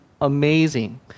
amazing